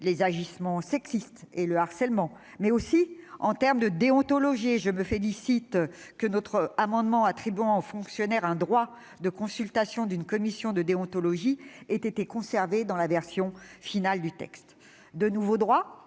les agissements sexistes et le harcèlement, mais aussi en matière de déontologie ; à cet égard, je me félicite que notre amendement tendant à attribuer aux fonctionnaires un droit à la consultation d'une commission de déontologie ait été conservé dans la version finale du texte. Ce texte